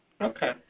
Okay